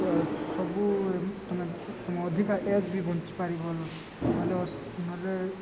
ସବୁ ତୁମେ ଅଧିକା ଏଜ୍ ବି ବଞ୍ଚି ପାରିବ ନହେଲେ ଅସ୍ ନହେଲେ